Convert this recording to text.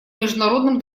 международным